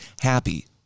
happy